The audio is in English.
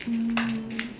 mm